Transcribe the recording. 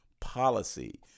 policy